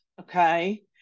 Okay